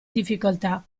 difficoltà